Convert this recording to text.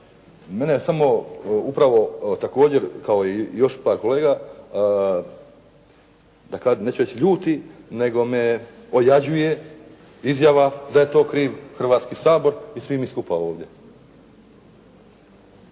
mene samo upravo također kao i još par kolega neću reći ljuti nego me ojađuje izjava da je to kriv Hrvatski sabor i svi mi skupa ovdje.